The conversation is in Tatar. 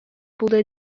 булды